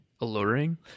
Alluring